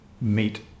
meet